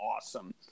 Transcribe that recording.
awesome